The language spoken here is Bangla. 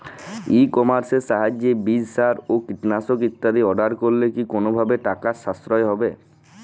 ই কমার্সের সাহায্যে বীজ সার ও কীটনাশক ইত্যাদি অর্ডার করলে কি কোনোভাবে টাকার সাশ্রয় হবে?